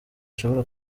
ushobora